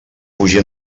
fugir